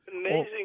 Amazing